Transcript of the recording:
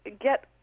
get